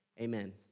Amen